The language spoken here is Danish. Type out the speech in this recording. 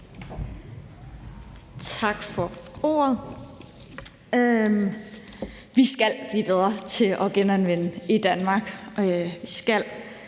Tak for ordet. Vi skal blive bedre til at genanvende i Danmark.